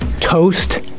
Toast